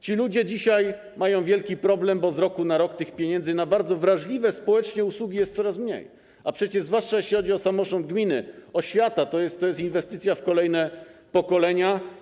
Ci ludzie dzisiaj mają wielki problem, bo z roku na rok tych pieniędzy na bardzo wrażliwe społecznie usługi jest coraz mniej, a przecież zwłaszcza jeśli chodzi o samorząd gminy, oświata to jest inwestycja w kolejne pokolenia.